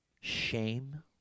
Shame